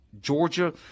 Georgia